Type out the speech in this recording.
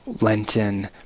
Lenten